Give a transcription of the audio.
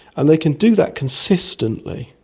and they can do that consistently,